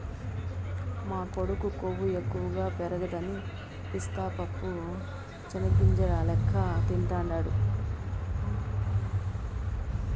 మా కొడుకు కొవ్వు ఎక్కువ పెరగదని పిస్తా పప్పు చెనిగ్గింజల లెక్క తింటాండాడు